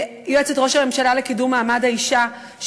יועצת ראש הממשלה לקידום מעמד האישה,